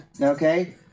Okay